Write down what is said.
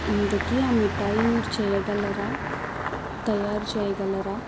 ఇంతకి ఆ మిఠాయి మీరు చేయగలరా తయారు చేయగలరా